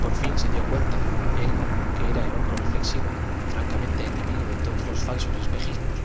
por fío se dió cuenta él que era el hom bre reñ eslvo francamente enemigo de todos los fal sos espejismos